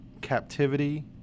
captivity